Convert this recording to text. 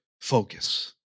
focus